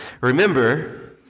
Remember